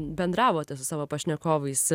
bendravote su savo pašnekovais